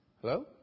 Hello